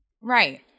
Right